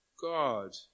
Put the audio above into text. God